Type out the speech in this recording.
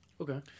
Okay